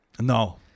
No